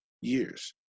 years